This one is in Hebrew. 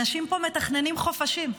אנשים פה מתכננים חופשים.